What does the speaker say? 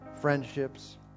friendships